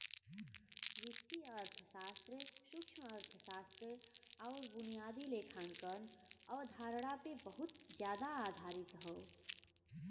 वित्तीय अर्थशास्त्र सूक्ष्मअर्थशास्त्र आउर बुनियादी लेखांकन अवधारणा पे बहुत जादा आधारित हौ